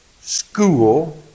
school